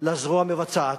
לזרוע המבצעת,